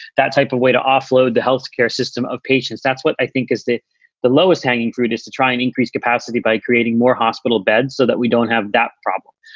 that type of way to offload the health care system of patients. that's what i think is that the lowest hanging fruit is to try and increase capacity by creating more hospital beds so that we don't have that problem.